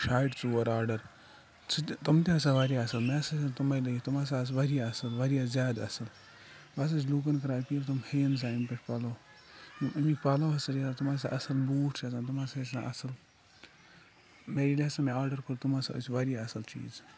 شاٹہِ ژور آرڈر سُہ تہِ تِم تہِ ہسا وارِیاہ اَصٕل مےٚ ہسا چھِ تٕمَے لٔگِتھ تِم ہسا آسہٕ وارِیاہ اَصٕل وارِ یاہ زیادٕ اَصٕل بہٕ ہَسا چھُ لوٗکَن کَران أپیٖل تِم ہیٚیِن سا اَمہِ پٮ۪ٹھ پَلو اَمِکۍ پَلو ہسا نیرن تٕم ہَسا اَصٕل بوٗٹھ چھِ آسان تم ہَسا ٲسۍ نہٕ اَصٕل مےٚ ییٚلہِ ہَسا مےٚ آرڈر کوٚر تم ہَسا ٲسۍ وارِیاہ اَصٕل چیٖز